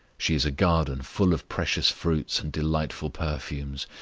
she is a garden full of precious fruits and delightful perfumes,